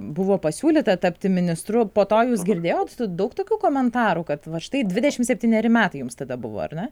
buvo pasiūlyta tapti ministru po to jūs girdėjot daug tokių komentarų kad va štai dvidešim septyneri metai jums tada buvo ar ne